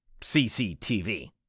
CCTV